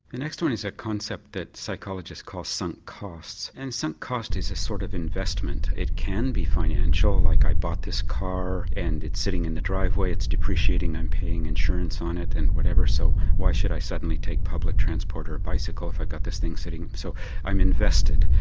the next one is that concept that psychologists call sunk costs and a sunk cost is a sort of investment. it can be financial, like i bought this car and it's sitting in the driveway, it's depreciating, i'm paying insurance on it and whatever so why should i suddenly take public transport or bicycle if i've got this thing sitting. so i'm invested.